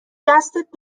دستت